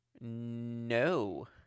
No